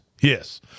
yes